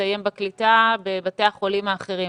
שתסיים בקליטה בבתי החולים האחרים.